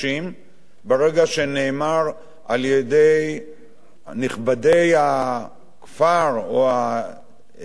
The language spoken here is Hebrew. שברגע שנאמר על-ידי נכבדי הכפר, או הקהילה,